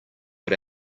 but